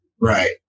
Right